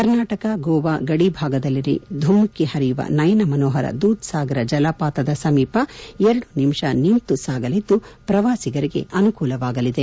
ಕರ್ನಾಟಕ ಗೋವಾ ಗಡಿಭಾಗದಲ್ಲಿ ಧುಮ್ಮಿಕ್ಕಿ ಪರಿಯುವ ನಯನಮನೋಹರ ದೂದಸಾರ ಜಲಪಾತದ ಸಮೀಪ ಎರಡು ನಿಮಿಷ ನಿಂತು ಸಾಗಲಿದ್ದು ಪ್ರವಾಸಿಗರಿಗೆ ಅನುಕೂಲವಾಗಲಿದೆ